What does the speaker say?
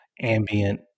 ambient